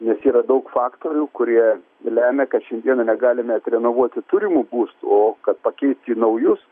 nes yra daug faktorių kurie lemia kad šią dieną negalime atrenovuoti turimų būstų o kad pakeist į naujus